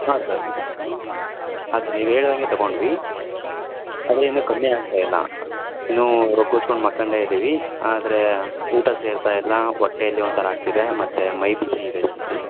ಹಾಂ ಸರ್ ಅದು ನೀವು ಹೇಳ್ದಂಗೆ ತೊಗೊಂಡ್ವಿ ಆದರೆ ಇನ್ನೂ ಕಮ್ಮಿಯಾಗ್ತಾಯಿಲ್ಲ ಇನ್ನೂ ರಗ್ ಹೊಚ್ಕೊಂಡ್ ಮಲ್ಕಂಡೆ ಇದ್ದೀವಿ ಆದರೆ ಊಟ ಸೇರ್ತಾಯಿಲ್ಲ ಹೊಟ್ಟೆಲ್ಲಿ ಒಂಥರ ಆಗ್ತಿದೆ ಮತ್ತು ಮೈ ಬಿಸಿ ಇದೆ ಜಾಸ್ತಿ